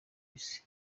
isi